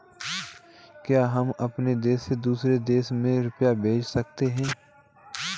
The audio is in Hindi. क्या हम अपने देश से दूसरे देश में रुपये भेज सकते हैं?